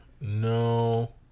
No